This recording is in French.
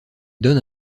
donne